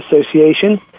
Association